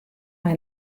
mei